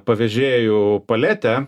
pavežėjų paletę